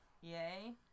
Yay